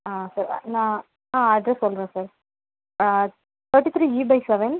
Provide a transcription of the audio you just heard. ஆ sir நான் address சொல்கிறேன் sir thirty three E by seven